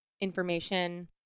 information